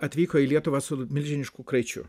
atvyko į lietuvą su milžinišku kraičiu